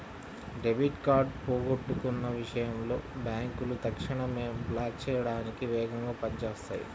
debit card పోగొట్టుకున్న విషయంలో బ్యేంకులు తక్షణమే బ్లాక్ చేయడానికి వేగంగా పని చేత్తాయి